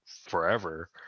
forever